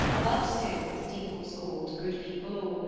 but soon the steeples called good people all,